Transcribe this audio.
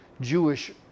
Jewish